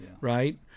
right